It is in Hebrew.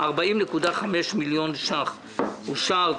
40.5 מיליון ₪ אושרו.